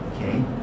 Okay